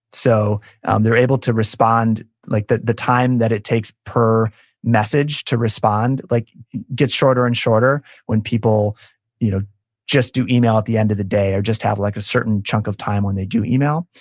so um they're able to respond, like the the time that it takes per message to respond like gets shorter and shorter when you know just do email at the end of the day, or just have like a certain chunk of time when they do email.